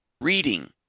reading